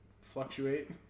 fluctuate